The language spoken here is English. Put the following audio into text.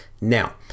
Now